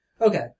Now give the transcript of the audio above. Okay